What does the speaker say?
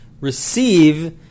receive